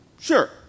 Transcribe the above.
Sure